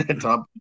top